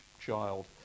child